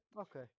Okay